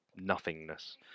nothingness